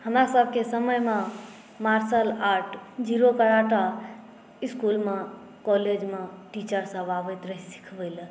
हमरा सबके समयमे मार्शल आर्ट जूडो कराटा इसकुलमे कॉलेजमे टीचरसब आबैत रहै सिखबैलए